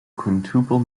quintuple